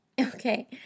Okay